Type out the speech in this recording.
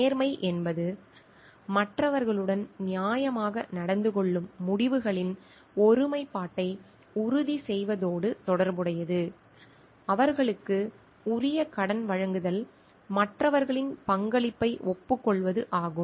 நேர்மை என்பது மற்றவர்களுடன் நியாயமாக நடந்துகொள்ளும் முடிவுகளின் ஒருமைப்பாட்டை உறுதி செய்வதோடு தொடர்புடையது அவர்களுக்கு உரிய கடன் வழங்குதல் மற்றவர்களின் பங்களிப்பை ஒப்புக்கொள்வது ஆகும்